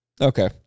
Okay